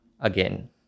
again